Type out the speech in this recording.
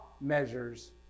measures